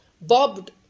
bobbed